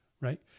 right